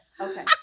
Okay